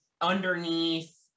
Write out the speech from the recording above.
underneath